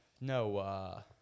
No